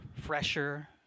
fresher